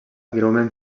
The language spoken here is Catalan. greument